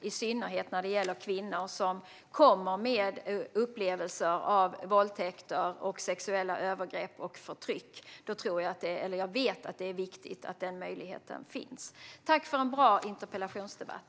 I synnerhet när det gäller kvinnor som kommer med upplevelser av våldtäkter, sexuella övergrepp och förtryck tror - eller rättare sagt vet - jag att det är viktigt att den möjligheten finns. Tack för en bra interpellationsdebatt!